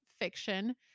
fiction